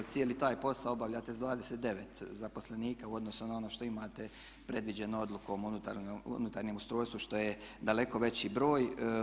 Cijeli taj posao obavljate s 29 zaposlenika u odnosu na ono što imate predviđeno Odlukom o unutarnjem ustrojstvu što je daleko veći broj.